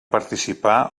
participà